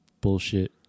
bullshit